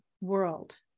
world